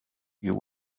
you